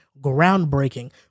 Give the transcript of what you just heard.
groundbreaking